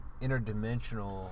interdimensional